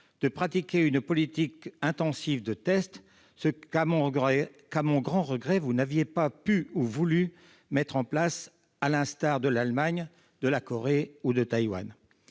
de pratiquer une politique intensive de tests que, à mon grand regret, vous n'aviez pas pu ou voulu mettre en place, à l'instar de l'Allemagne, de la Corée ou de Taïwan.